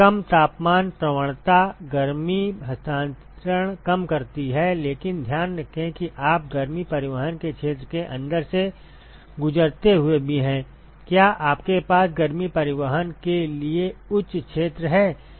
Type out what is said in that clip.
कम तापमान प्रवणता गर्मी हस्तांतरण कम करती है लेकिन ध्यान रखें कि आप गर्मी परिवहन के क्षेत्र के अंदर से गुजरते हुए भी हैं क्या आपके पास गर्मी परिवहन के लिए उच्च क्षेत्र है